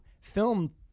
film